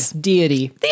Deity